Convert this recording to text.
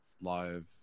live